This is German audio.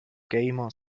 gamer